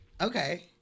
Okay